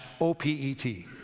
O-P-E-T